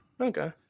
Okay